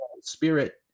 spirit